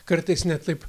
kartais net taip